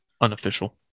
unofficial